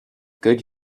good